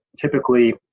typically